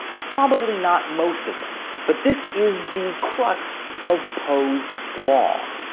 probably not most of them. but this is the crocks of poe's law.